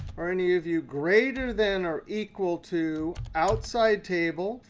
are any of you greater than or equal to outside table?